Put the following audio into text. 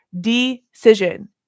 Decision